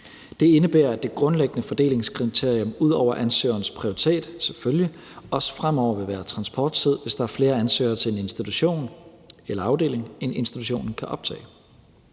Det indebærer, at det grundlæggende fordelingskriterium ud over selvfølgelig ansøgerens prioriteter også fremover vil være transporttid, hvis der er flere ansøgere til en institution eller afdeling, end institutionen kan optage.